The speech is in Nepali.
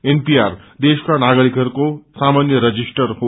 एनपीआर देशका नागरिकहरूको एक सामान्य रजिष्अर हो